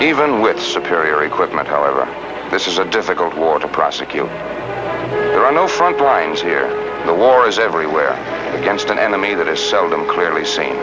even with superior equipment however this is a difficult war to prosecute no front lines here the war is everywhere against an enemy that is seldom clearly seen